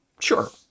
sure